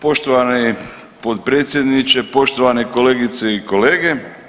Poštovani potpredsjedniče, poštovani kolegice i kolege.